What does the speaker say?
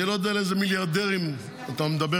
אני לא יודע על איזה מיליארדרים אתה מדבר